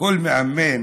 כל מאמן